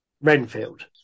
Renfield